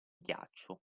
ghiaccio